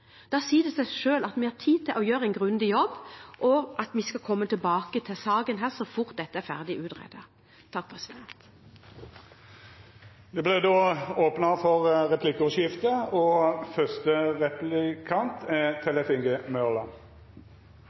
Da sier det seg selv at vi har tid til å gjøre en grundig jobb, og at vi skal komme tilbake til saken så fort dette er ferdig utredet. Det vert replikkordskifte. Stortinget har for over ett år siden bestilt en sak fra regjeringen, der en skal få vurdert alle konsekvenser av og